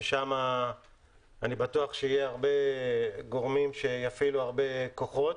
שם אני בטוח יהיו הרבה גורמים שיפעילו הרבה כוחות.